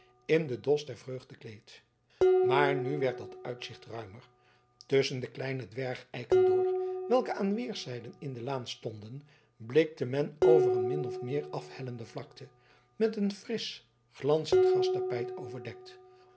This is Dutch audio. in den dos der vreugde kleedt maar nu werd dat uitzicht ruimer tusschen de kleine dwergeiken door welke aan weerszijden in de laan stonden blikte men over een min of meer afhellende vlakte met een frisch glanzend grastapijt overdekt